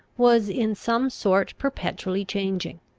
was in some sort perpetually changing.